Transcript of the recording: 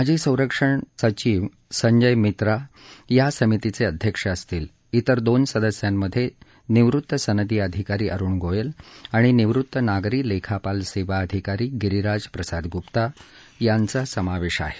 माजी संरक्षण सचिव संजय मित्रा या समितीचे अध्यक्ष असतील तिर दोन सदस्यांमध्ये निवृत्त सनदी अधिकारी अरुण गोयल आणि निवृत्त नागरी लेखापाल सेवा अधिकारी गिरीराज प्रसाद गुप्ता यांचा समावेश आहे